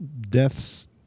deaths